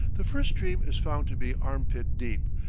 the first stream is found to be arm-pit deep,